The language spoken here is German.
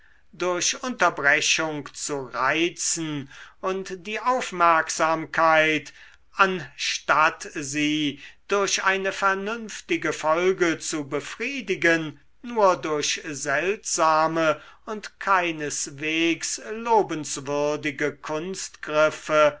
durch unterbrechung zu reizen und die aufmerksamkeit anstatt sie durch eine vernünftige folge zu befriedigen nur durch seltsame und keineswegs lobenswürdige kunstgriffe